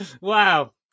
Wow